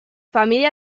familia